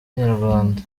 inyarwanda